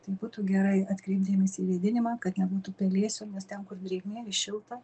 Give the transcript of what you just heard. tai būtų gerai atkreipt dėmesį į vėdinimą kad nebūtų pelėsių nes ten kur drėgna ir šilta